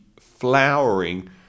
flowering